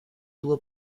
tubo